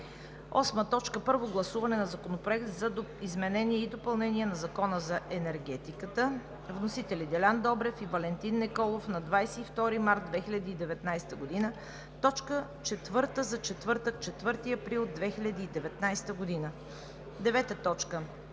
2019 г. 8. Първо гласуване на Законопроекта за изменение и допълнение на Закона за енергетиката. Вносители са Делян Добрев и Валентин Николов на 22 март 2019 г. – точка четвърта за четвъртък, 4 април 2019 г. 9. Второ